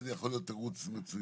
זה יכול להיות תירוץ מצוין.